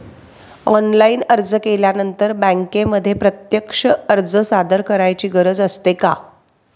Online अर्ज केल्यानंतर बँकेमध्ये प्रत्यक्ष अर्ज सादर करायची गरज असते का?